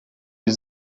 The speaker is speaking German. die